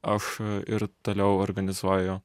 aš ir toliau organizuoju